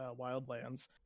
Wildlands